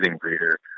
breeder